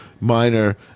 minor